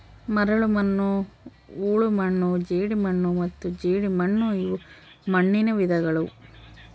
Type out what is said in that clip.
ಮರಳುಮಣ್ಣು ಹೂಳುಮಣ್ಣು ಜೇಡಿಮಣ್ಣು ಮತ್ತು ಜೇಡಿಮಣ್ಣುಇವು ಮಣ್ಣುನ ವಿಧಗಳು